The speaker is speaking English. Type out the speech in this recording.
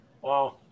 Wow